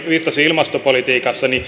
viittasi ilmastopolitiikassa